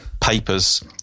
papers